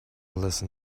listen